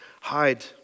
Hide